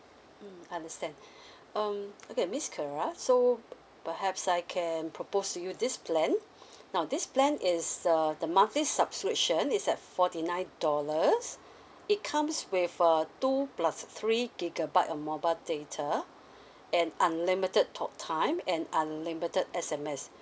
mm understand um okay miss clara so perhaps I can propose to you this plan now this plan is err the monthly subscription is at forty nine dollars it comes with uh two plus three gigabytes of mobile data and unlimited talk time and unlimited S_M_S